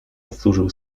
powtórzył